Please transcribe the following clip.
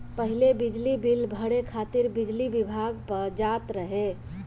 पहिले बिजली बिल भरे खातिर बिजली विभाग पअ जात रहे